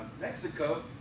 Mexico